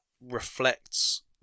reflects